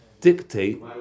dictate